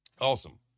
Awesome